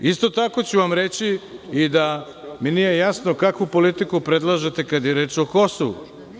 Isto tako ću vam reći i da mi nije jasno kakvu politiku predlažete kada je reč o Kosovu.